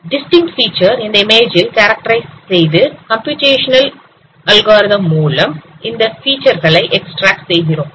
distinct feature அந்த image ல் characterise செய்து கம்ப்யூடேஷனல் அல்காரிதம் மூலம் அந்த ஃபிச்சர் களை எக்ஸ்டிரேக்ட் செய்கிறோம்